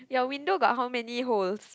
your window got how many holes